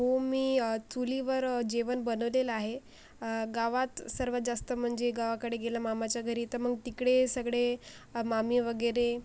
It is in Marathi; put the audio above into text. हो मी चुलीवर जेवण बनवलेलं आहे गावात सर्वात जास्त म्हणजे गावाकडे गेलं मामाच्या घरी तर मग तिकडे सगळे मामी वगैरे